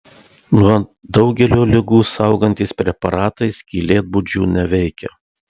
nuo daugelio ligų saugantys preparatai skylėtbudžių neveikia